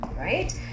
right